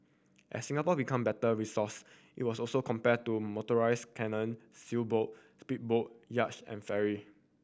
as Singapore become better resource it was also compared to motorised canoe sailboat speedboat yacht and ferry